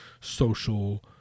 social